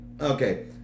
okay